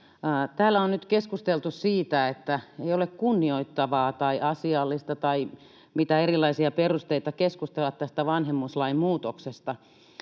Täällä on nyt keskusteltu siitä, että ei ole kunnioittavaa tai asiallista — tai mitä erilaisia perusteita — keskustella tästä vanhemmuuslain muutoksesta